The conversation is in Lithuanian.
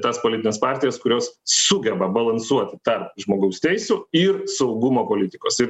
tas politines partijas kurios sugeba balansuoti tarp žmogaus teisų ir saugumo politikos ir